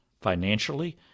financially